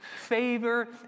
favor